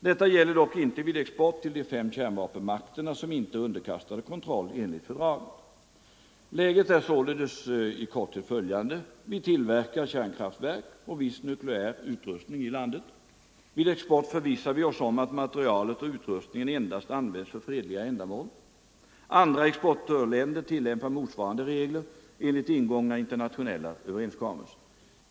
Detta gäller dock inte vid export till de fem kärnvapenmakterna, som inte är underkastade kontroll 153 Läget är således i korthet följande. Vi tillverkar kärnkraftverk och viss nukleär utrustning i landet. Vid export förvissar vi oss om att materialet och utrustningen endast används för fredliga ändamål. Andra exportörländer tillämpar motsvarande regler enligt ingångna internationella överenskommelser.